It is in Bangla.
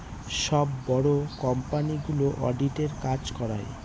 সব বড়ো কোম্পানিগুলো অডিটের কাজ করায়